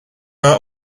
are